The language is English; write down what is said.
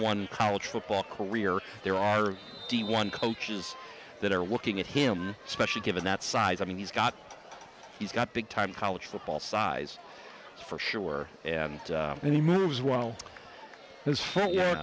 one college football career there are d one coaches that are looking at him especially given that size i mean he's got he's got big time college football size for sure and then he moves well